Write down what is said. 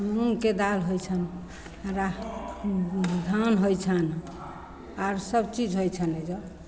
मूँगके दालि होइ छनि राहड़ि धान होइ छनि आओर सबचीज होइ छैन एहिजाँ